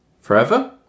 forever